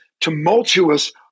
tumultuous